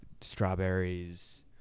Strawberries